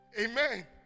Amen